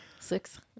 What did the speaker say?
six